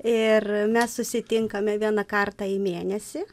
ir mes susitinkame vieną kartą į mėnesį